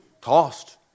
tossed